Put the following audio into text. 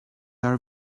are